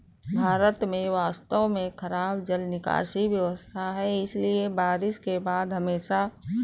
भारत में वास्तव में खराब जल निकासी व्यवस्था है, इसलिए बारिश के बाद हमेशा जलजमाव होता है